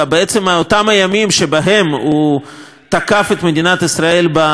ימים שבהם הוא תקף את מדינת ישראל בנאום שלו,